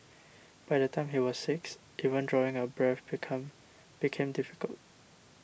by the time he was six even drawing a breath become became difficult